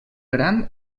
gran